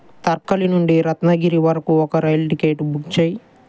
తర్కలి నుండి రత్నగిరి వరకు ఒక రైల్ టికెట్ బుక్ చేయి